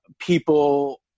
people